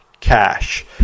Cash